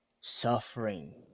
suffering